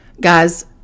guys